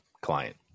client